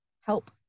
help